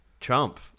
Trump